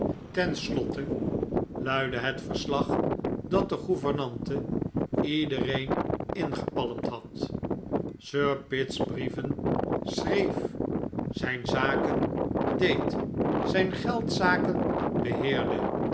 slotte luidde het verslag dat de gouvernante iedereen ingepalmd had sir pitt's brieven schreef zijn zaken deed zijn geldzaken beheerde